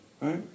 right